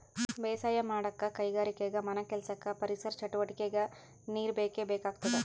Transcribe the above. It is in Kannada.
ಬೇಸಾಯ್ ಮಾಡಕ್ಕ್ ಕೈಗಾರಿಕೆಗಾ ಮನೆಕೆಲ್ಸಕ್ಕ ಪರಿಸರ್ ಚಟುವಟಿಗೆಕ್ಕಾ ನೀರ್ ಬೇಕೇ ಬೇಕಾಗ್ತದ